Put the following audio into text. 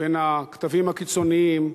בין הקטבים הקיצוניים,